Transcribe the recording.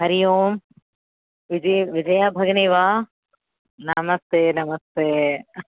हरिः ओम् विजया विजया भगिनी वा नमस्ते नमस्ते